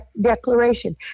Declaration